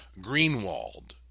greenwald